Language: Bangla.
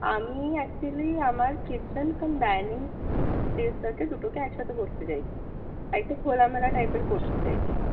আমি অ্যাকচুয়েলি আমার কিচেন কাম ডাইনিং স্পেস আছে দুটো কে একসঙ্গে করতে চাইছি আর একটু খোলা মেলা টাইপের করতে চাইছি